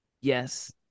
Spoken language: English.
Yes